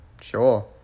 Sure